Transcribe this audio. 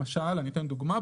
אתן דוגמה,